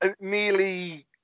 nearly